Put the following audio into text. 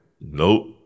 Nope